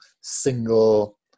single